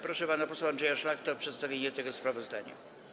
Proszę pana posła Andrzeja Szlachtę o przedstawienie tego sprawozdania.